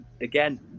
again